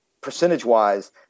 percentage-wise